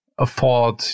Afford